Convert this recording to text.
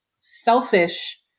selfish